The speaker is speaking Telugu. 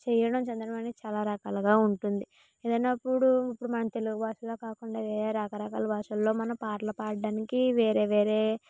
చేయడం చెందడం అనేది చాలా రకాలుగా ఉంటుంది ఏదన్న ఇప్పుడు ఇప్పుడు మన తెలుగు భాషలో కాకుండా వేరే రకరకాల భాషలలో మన పాటలు పాడడానికి వేరే వేరే